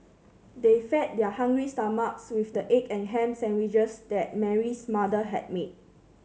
they fed their hungry stomachs with the egg and ham sandwiches that Mary's mother had made